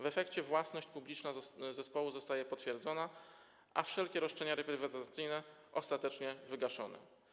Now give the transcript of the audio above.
W efekcie własność publiczna zespołu zostaje potwierdzona, a wszelkie roszczenia reprywatyzacyjne ostatecznie wygaszone.